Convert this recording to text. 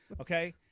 okay